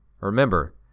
Remember